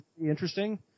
interesting